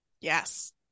Yes